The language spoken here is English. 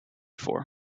four